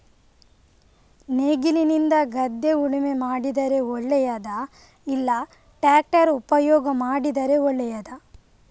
ನೇಗಿಲಿನಿಂದ ಗದ್ದೆ ಉಳುಮೆ ಮಾಡಿದರೆ ಒಳ್ಳೆಯದಾ ಇಲ್ಲ ಟ್ರ್ಯಾಕ್ಟರ್ ಉಪಯೋಗ ಮಾಡಿದರೆ ಒಳ್ಳೆಯದಾ?